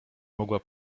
mogła